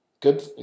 good